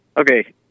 Okay